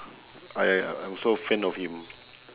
I I'm also a fan of him